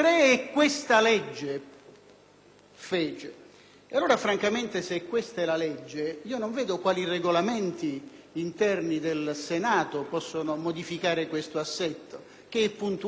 e questa legge fece. Se questa è la legge, non vedo quali Regolamenti interni del Senato possano modificare questo assetto, che è puntuale, rigoroso e preciso.